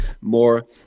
more